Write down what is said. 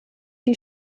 die